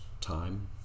time